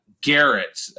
Garrett